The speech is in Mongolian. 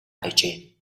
байжээ